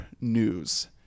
news